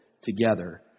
together